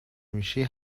میشی